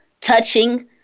touching